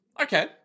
okay